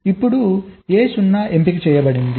ఇప్పుడు A0 ఎంపిక చేయబడింది